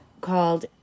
called